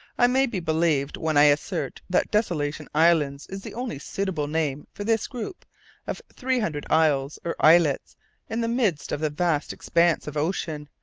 i may be believed when i assert that desolation islands is the only suitable name for this group of three hundred isles or islets in the midst of the vast expanse of ocean,